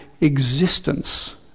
existence